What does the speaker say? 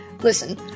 Listen